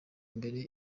mbere